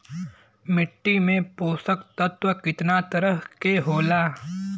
मिट्टी में पोषक तत्व कितना तरह के होला?